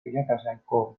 irakasgaiko